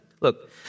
look